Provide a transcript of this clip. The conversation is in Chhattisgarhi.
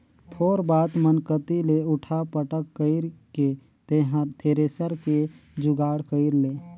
थोर बात मन कति ले उठा पटक कइर के तेंहर थेरेसर के जुगाड़ कइर ले